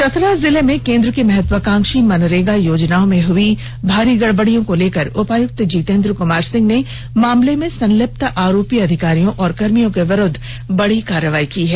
चतरा जिले में केंद्र की महत्वाकांक्षी मनरेगा योजनाओं में हुई भारी गड़बड़ियों को लेकर उपायुक्त जितेंद्र कुमार सिंह ने मामले में संलिप्त आरोपी अधिकारियों व कर्मियों के विरुद्व बड़ी कार्रवाई की है